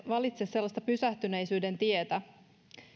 valitse sellaista pysähtyneisyyden tietä